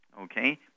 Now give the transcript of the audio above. Okay